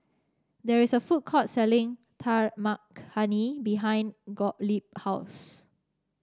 there is a food court selling Dal Makhani behind Gottlieb house